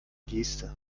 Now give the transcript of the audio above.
geste